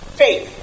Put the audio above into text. faith